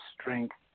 strength